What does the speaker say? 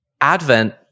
Advent